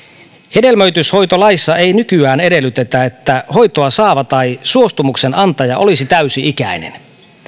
hedelmöityshoitolaissa ei nykyään edellytetä että hoitoa saava tai suostumuksen antaja olisi täysi ikäinen